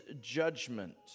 judgment